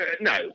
No